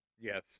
Yes